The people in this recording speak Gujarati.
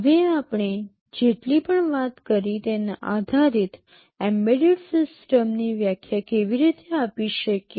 હવે આપણે જેટલી પણ વાત કરી તેના પર આધારિત એમ્બેડેડ સિસ્ટમની વ્યાખ્યા કેવી રીતે આપી શકીએ